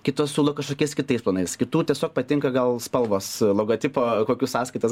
kitos siūlo kažkokiais kitais planais kitų tiesiog patinka gal spalvos logotipo kokių sąskaitas